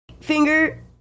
Finger